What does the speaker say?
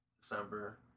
December